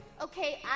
Okay